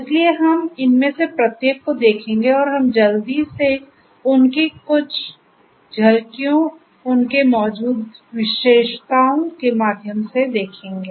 इसलिए हम इनमें से प्रत्येक को देखेंगे और हम जल्दी से उनकी कुछ झलकियों उनके मौजूद विशेषताओं के माध्यम से देखेंगे